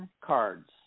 cards